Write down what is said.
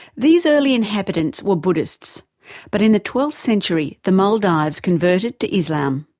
these early inhabitants were buddhists but in the twelfth century the maldives converted to islam.